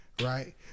right